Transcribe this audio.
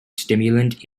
stimulant